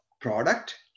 product